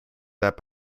that